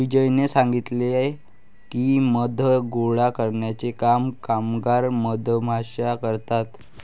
विजयने सांगितले की, मध गोळा करण्याचे काम कामगार मधमाश्या करतात